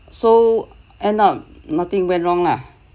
so end up nothing went wrong lah